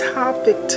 topic